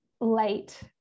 light